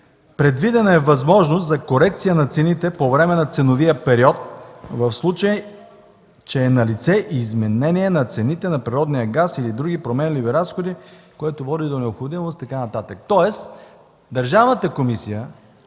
„Предвидена е възможност за корекция на цените по време на ценовия период, в случай че е налице изменение на цените на природния газ или други променливи разходи, което води до необходимост...” и така